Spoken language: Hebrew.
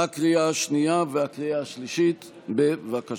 בקריאה השנייה ובקריאה השלישית, בבקשה.